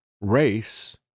race